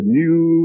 new